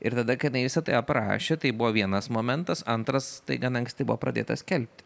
ir tada kada jinai visa tai aprašė tai buvo vienas momentas antras tai gan anksti buvo pradėta skelbti